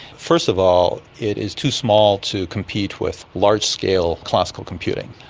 first of all, it is too small to compete with large-scale classical computing,